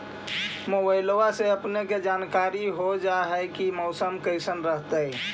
मोबाईलबा से अपने के जानकारी हो जा है की मौसमा कैसन रहतय?